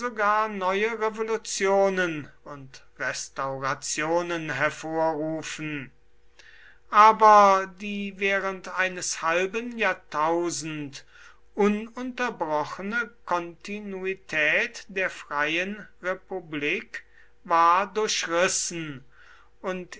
neue revolutionen und restaurationen hervorrufen aber die während eines halben jahrtausend ununterbrochene kontinuität der freien republik war durchrissen und